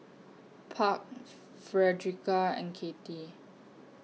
Park Frederica and Kattie